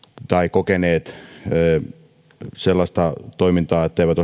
kokeneet sellaista toimintaa etteivät